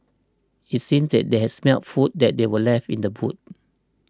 it seemed that they had smelt the food that they were left in the boot